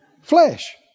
flesh